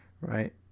Right